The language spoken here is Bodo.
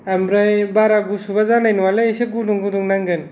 आमफ्राय बारा गुसुबा जानाय नङालै इसे गुदुं गुदुं नांगोन